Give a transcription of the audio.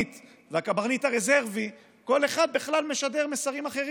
כשהקברניט והקברניט הרזרבי כל אחד מהם בכלל משדר מסרים אחרים.